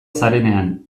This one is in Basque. zarenean